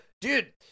dude